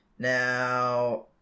Now